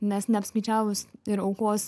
nes neapskaičiavus ir aukos